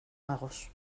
magos